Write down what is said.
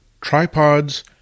Tripods